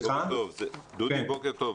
בוקר טוב,